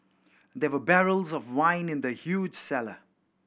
there were barrels of wine in the huge cellar